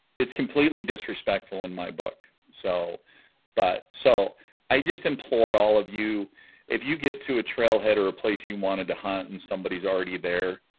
it's completely disrespectful in my book so but so i just implore all of you if you get to a trailhead or a place you wanted to hunt and somebody's already there